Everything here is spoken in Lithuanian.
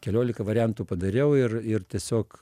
keliolika variantų padariau ir ir tiesiog